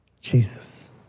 Jesus